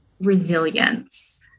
resilience